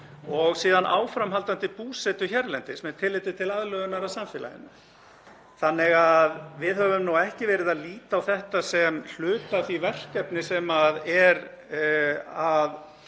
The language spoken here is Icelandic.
og síðan áframhaldandi búsetu hérlendis með tilliti til aðlögunar að samfélaginu. Við höfum ekki verið að líta á þetta sem hluta af því verkefni sem er að